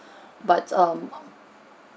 but um